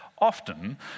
often